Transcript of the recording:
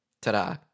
ta-da